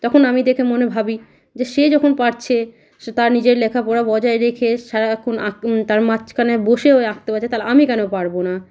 তখন আমি দখে মনে ভাবি যে সে যখন পারছে সে তার নিজের লেখাপড়া বজায় রেখে সারাক্ষণ আঁক তার মাঝখানে বসে ওই আঁকতে পাচ্ছে তালে আমি কেন পারবো না